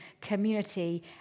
community